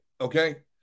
okay